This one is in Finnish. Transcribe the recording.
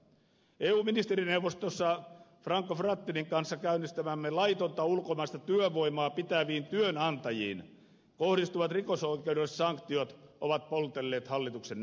eu ministerineuvostossa franco frattinin kanssa käynnistämämme laitonta ulkomaista työvoimaa pitäviin työnantajiin kohdistuvat rikosoikeudelliset sanktiot ovat poltelleet hallituksen näppeja